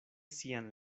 sian